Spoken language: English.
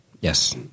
Yes